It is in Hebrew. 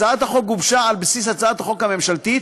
הצעת החוק גובשה על בסיס הצעת החוק הממשלתית,